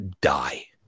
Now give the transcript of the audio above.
die